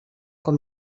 com